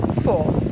Four